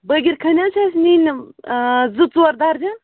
بٲگِر خٲنۍ حَظ چھِ اَسہِ نِنۍ زٕ ژور درجَن